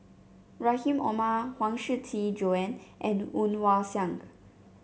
Rahim Omar Huang Shiqi Joan and Woon Wah Siang